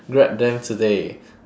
grab them today